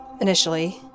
initially